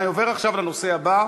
אני עובר עכשיו לנושא הבא: